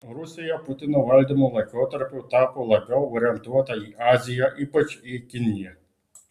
rusija putino valdymo laikotarpiu tapo labiau orientuota į aziją ypač į kiniją